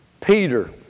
Peter